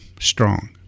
strong